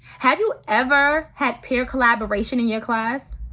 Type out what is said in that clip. have you ever had peer collaboration in your class?